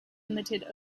limited